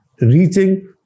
reaching